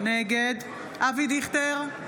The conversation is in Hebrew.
נגד אבי דיכטר,